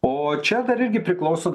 o čia dar irgi priklauso